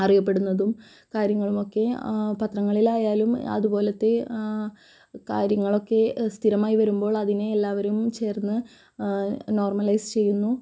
അറിയപ്പെടുന്നതും കാര്യങ്ങളുമൊക്കെ പത്രങ്ങളിലായാലും അതുപോലത്തെ കാര്യങ്ങളൊക്കെ സ്ഥിരമായി വരുമ്പോൾ അതിനെ എല്ലാവരും ചേർന്ന് നോർമലൈസ് ചെയ്യുന്നു